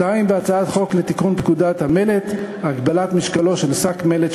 הצעת חוק לתיקון פקודת המלט (הגבלת משקלו של שק מלט),